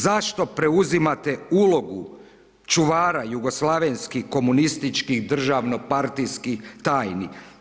Zašto preuzimate ulogu čuvara jugoslavenskih komunističkih državno-partijskih tajni?